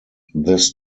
this